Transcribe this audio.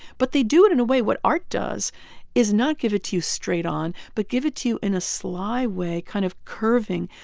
but they do it in a way what art does is not give it to you straight on but give it to you in a sly way, kind of curving,